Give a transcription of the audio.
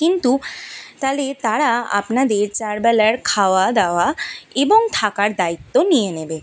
কিন্তু তালে তারা আপনাদের চারবেলার খাওয়া দাওয়া এবং থাকার দায়িত্ব নিয়ে নেবে